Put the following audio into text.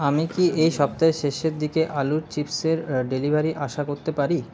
আমি কি এই সপ্তাহের শেষের দিকে আলুর চিপসের ডেলিভারি আশা করতে পারি